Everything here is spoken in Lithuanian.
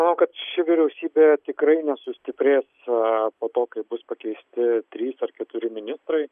manau kad ši vyriausybė tikrai nesustiprės po to kai bus pakeisti trys ar keturi ministrai